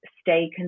stay